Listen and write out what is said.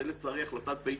זו, לצערי, החלטת בית המשפט.